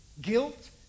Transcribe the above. guilt